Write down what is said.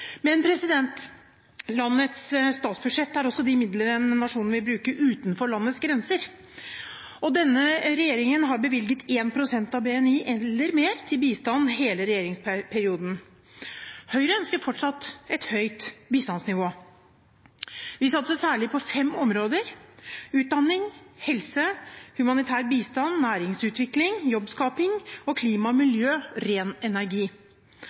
Men landets statsbudsjett er også de midlene nasjonen vil bruke utenfor landets grenser. Denne regjeringen har bevilget 1 pst. av BNI, eller mer, til bistand i hele regjeringsperioden. Høyre ønsker fortsatt et høyt bistandsnivå. Vi satser særlig på fem områder: utdanning, helse, humanitær bistand, næringsutvikling og jobbskaping – og klima, miljø og ren energi.